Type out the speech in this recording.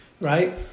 right